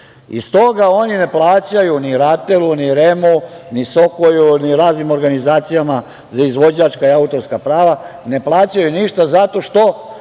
oni ne plaćaju ni RATEL-u, ni REM-u, ni SOKOJ-u, ni raznim organizacijama za izvođačka i autorska prava, ne plaćaju ništa zato što